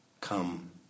come